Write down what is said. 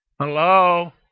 Hello